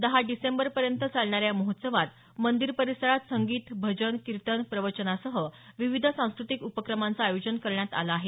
दहा डिसेंबरपर्यंत चालणाऱ्या या महोत्सवात मंदिर परिसरात संगीत भजन कीर्तन प्रवचनासह विविध सांस्कृतिक उपक्रमांचं आयोजन करण्यात आलं आहे